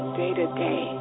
day-to-day